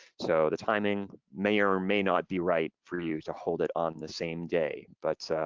so the timing may or may not be right for you to hold it on the same day, but